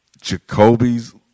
Jacoby's